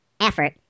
effort